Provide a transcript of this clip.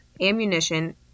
ammunition